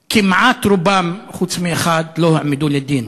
כמעט, רובם, חוץ מאחד, לא הועמדו לדין.